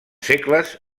segles